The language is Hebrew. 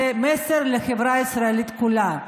זה מסר לחברה הישראלית כולה.